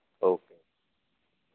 okay